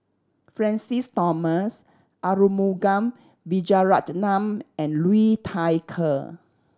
Francis Thomas Arumugam Vijiaratnam and Liu Thai Ker